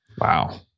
Wow